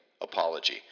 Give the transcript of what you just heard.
apology